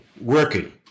working